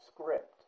script